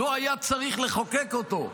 לא היה צריך לחוקק אותו,